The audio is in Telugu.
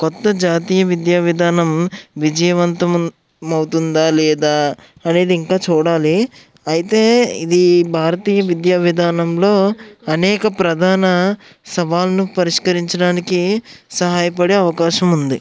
కొత్త జాతీయ విద్యా విధానం విజయవంతం ముం అవుతుందా లేదా అనేది ఇంకా చూడాలి అయితే ఇది భారతీయ విద్యా విధానంలో అనేక ప్రధాన సవాళ్ళను పరిష్కరించడానికి సహాయపడే అవకాశం ఉంది